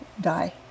die